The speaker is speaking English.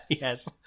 Yes